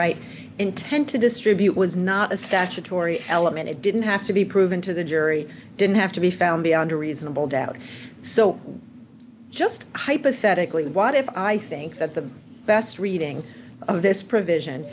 right intent to distribute was not a statutory element it didn't have to be proven to the jury didn't have to be found beyond a reasonable doubt so just hypothetically what if i think that the best reading of this provision